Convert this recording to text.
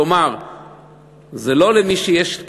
כלומר זה לא למי שיש,